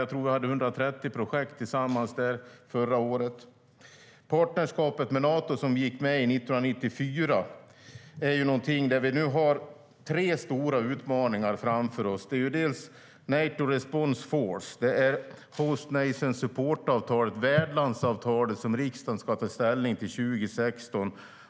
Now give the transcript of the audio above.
Jag tror att vi hade 130 projekt tillsammans där förra året. När det gäller partnerskapet med Nato, som vi ingick 1994, har vi nu tre stora utmaningar framför oss: Nato Responce Force, Host Nation Support-avtalet, värdlandsavtalet, som riksdagen ska ta ställning till 2016.